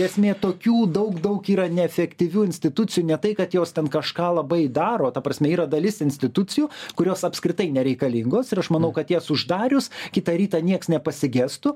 esmė tokių daug daug yra neefektyvių institucijų ne tai kad jos ten kažką labai daro ta prasme yra dalis institucijų kurios apskritai nereikalingos ir aš manau kad jas uždarius kitą rytą nieks nepasigestų